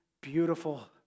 beautiful